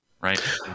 right